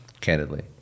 Candidly